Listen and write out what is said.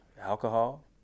alcohol